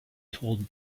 told